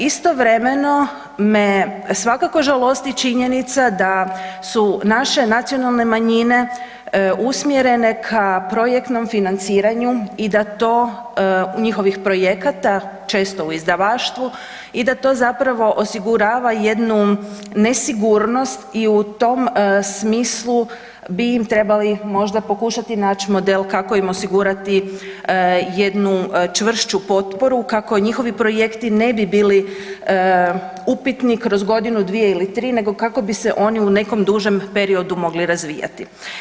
Istovremeno me svakako žalosti činjenica da su naše nacionalne manjine usmjerene ka projektnom financiranju i da to, njihovih projekata često u izdavaštvu i da to zapravo osigurava jednu nesigurnost i u tom smislu bi im trebali možda pokušati naći model kako im osigurati jednu čvršću potporu kako njihovi projekti ne bi bili upitni kroz godinu, dvije ili tri, nego kako bi se oni u nekom dužem periodu mogli razvijati.